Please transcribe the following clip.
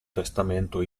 testamento